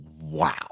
Wow